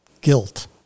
guilt